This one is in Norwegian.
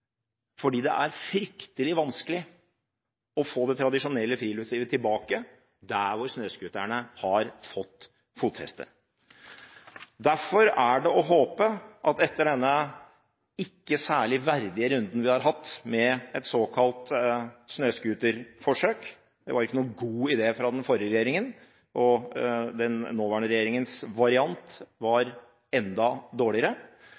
fordi det er fryktelig vanskelig å få det tradisjonelle friluftslivet tilbake der hvor snøscooterne har fått fotfeste. Derfor er det, etter denne ikke særlig verdige runden vi har hatt med et såkalt snøscooterforsøk – det var ikke noen god idé fra den forrige regjeringen, og den nåværende regjeringens variant var enda dårligere